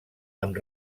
amb